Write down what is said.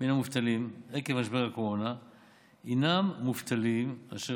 מן המובטלים עקב משבר הקורונה הינם מובטלים אשר